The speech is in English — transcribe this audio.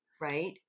right